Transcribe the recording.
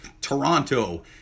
Toronto